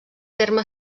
terme